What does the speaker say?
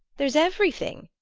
there's everything!